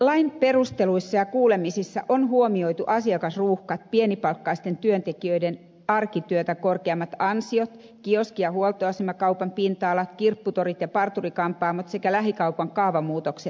lain perusteluissa ja kuulemisissa on huomioitu asiakasruuhkat pienipalkkaisten työntekijöiden arkityötä korkeammat ansiot kioski ja huoltoasemakaupan pinta alat kirpputorit ja parturi kampaamot sekä lähikaupan kaavamuutokset